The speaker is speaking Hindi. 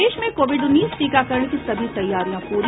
प्रदेश में कोविड उन्नीस टीकाकरण की सभी तैयारियां पूरी